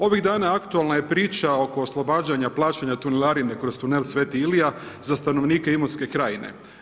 Ovih dana aktualna je priča oko oslobađanja plaćanja tunelarine kroz tunel Sv. Ilija za stanovnike Imotske krajine.